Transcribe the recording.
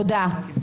תודה.